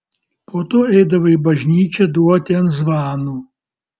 po to eidavo į bažnyčią duoti ant zvanų